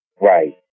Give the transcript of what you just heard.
Right